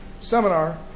seminar